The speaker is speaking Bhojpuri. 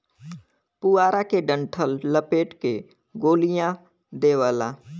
पुआरा के डंठल लपेट के गोलिया देवला